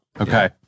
okay